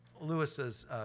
Lewis's